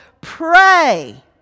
pray